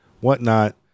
whatnot